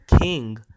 king